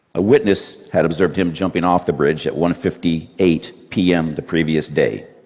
a witness had observed him jumping off the bridge at one fifty eight p m. the previous day.